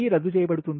P రద్దు చేయ బడుతుంది